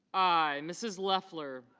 i. mrs. leffler